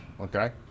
Okay